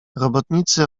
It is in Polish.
robotnicy